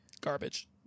garbage